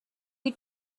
you